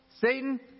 Satan